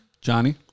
Johnny